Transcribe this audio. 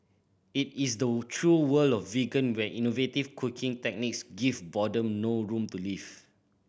it is the true world of vegan where innovative cooking techniques give boredom no room to live